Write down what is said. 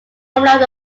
homeland